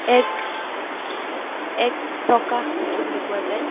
এক এক প্ৰকাশ দেখিবলৈ পোৱা যায়